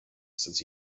since